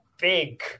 big